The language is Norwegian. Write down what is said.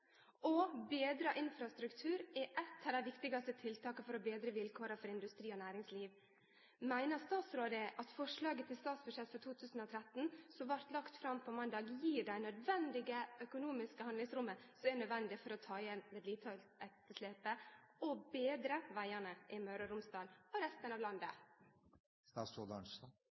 infrastruktur er eit av dei viktigaste tiltaka for å betre vilkåra for industri og næringsliv. Meiner statsråden at forslaget til statsbudsjett for 2013 som vart lagt fram på måndag, gir det økonomiske handlingsrommet som er nødvendig for å ta igjen vedlikehaldsetterslepet og betre vegane i Møre og Romsdal og resten av